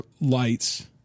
lights